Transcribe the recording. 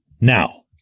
Now